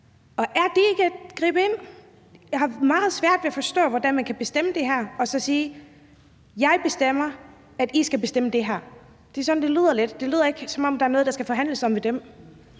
Og er det ikke at gribe ind? Jeg har meget svært ved at forstå, hvordan man kan bestemme det her og så sige: Jeg bestemmer, at I skal bestemme det her. Det er lidt sådan, det lyder. Det lyder ikke, som om der er noget, der skal forhandles om mellem